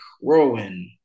whirlwind